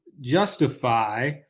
justify